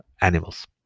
animals